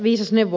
viisas neuvo